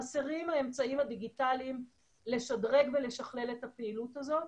חסרים האמצעים הדיגיטליים לשדרג ולשכלל את הפעילות הזאת,